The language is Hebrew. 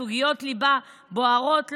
סוגיות ליבה בוערות?